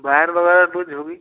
wire वगैरह तो जो भी